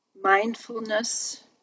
mindfulness